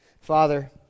Father